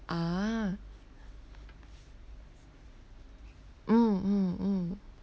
ah mm mm mm